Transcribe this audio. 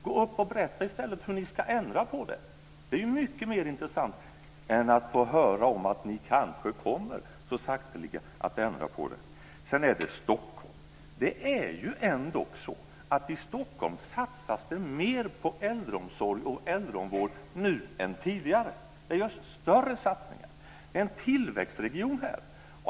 Gå i stället upp i talarstolen och berätta hur ni ska ändra på det. Det är mycket mer intressant än att få höra om att ni kanske så sakteliga kommer att ändra på det. Sedan är det frågan om Stockholm. Det är ju ändock så att det i Stockholm satsas mer på äldreomsorg och äldrevård nu än tidigare. Det görs större satsningar. Det är en tillväxtregion.